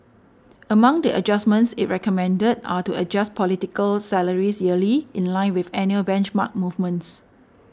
among the adjustments it recommended are to adjust political salaries yearly in line with annual benchmark movements